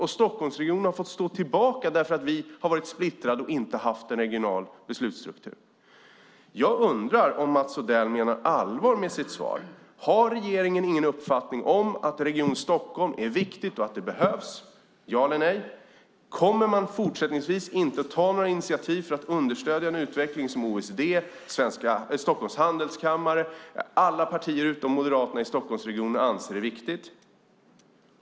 Men Stockholmsregionen har fått stå tillbaka därför att vi har varit splittrade och inte haft någon regional beslutsstruktur. Jag undrar om Mats Odell menar allvar med sitt svar. Har regeringen ingen uppfattning om att Region Stockholm är viktigt och att det behövs - ja eller nej? Kommer man fortsättningsvis inte att ta några initiativ för att understödja en utveckling som OECD, Stockholms Handelskammare och alla partier utom Moderaterna i Stockholmsregionen anser är viktig?